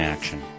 Action